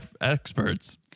experts